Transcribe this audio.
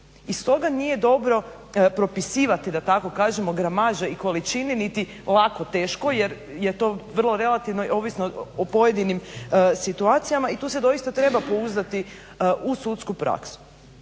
I stoga nije dobro propisivati da tako kažemo gramaže i količini niti lako-teško jer je to vrlo relativno ovisno o pojedinim situacijama i tu se doista treba pouzdati u sudsku praksu.